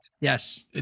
yes